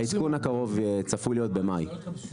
העדכון הקרוב צפוי להיות במאי.